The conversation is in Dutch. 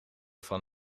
van